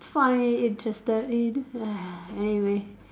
find interested in anyway